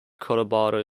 cotabato